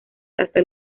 hasta